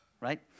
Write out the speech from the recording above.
Right